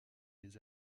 les